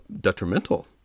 detrimental